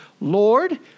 Lord